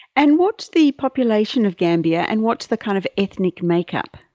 and what's the population of gambia, and what's the kind of ethnic makeup?